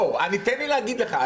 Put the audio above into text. לא, תן לי להגיד לך.